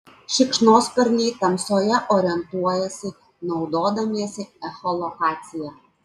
šikšnosparniai tamsoje orientuojasi naudodamiesi echolokacija